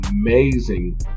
amazing